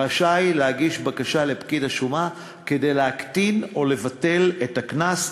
רשאי להגיש בקשה לפקיד השומה כדי להקטין או לבטל את הקנס.